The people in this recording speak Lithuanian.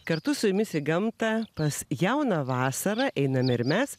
kartu su jumis į gamtą pas jauną vasarą einame ir mes